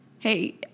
Hey